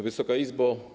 Wysoka Izbo!